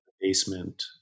basement